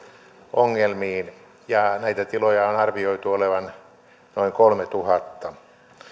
ongelmiin ja näitä tiloja on arvioitu olevan noin kolmetuhatta